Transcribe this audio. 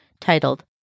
titled